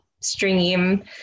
stream